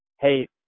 hey